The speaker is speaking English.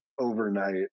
overnight